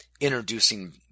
introducing